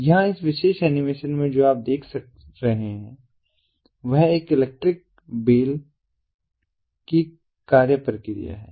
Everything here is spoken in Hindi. यहाँ इस विशेष एनीमेशन में जो आप देख रहे हैं वह एक इलेक्ट्रिक बेल की कार्य प्रक्रिया है